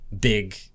big